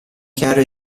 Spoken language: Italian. chiaro